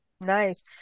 Nice